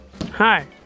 Hi